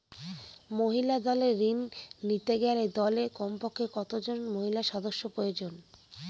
মহিলা দলের ঋণ নিতে গেলে দলে কমপক্ষে কত জন মহিলা সদস্য প্রয়োজন?